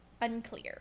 Unclear